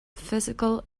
physical